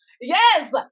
yes